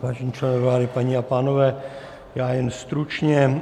Vážení členové vlády, paní a pánové, já jen stručně.